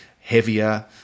heavier